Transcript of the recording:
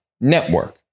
network